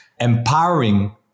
empowering